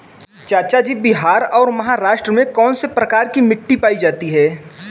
चाचा जी बिहार और महाराष्ट्र में कौन सी प्रकार की मिट्टी पाई जाती है?